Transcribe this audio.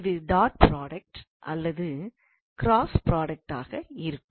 இது dot product அல்லது cross புராடக்டாக இருக்கும்